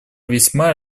весьма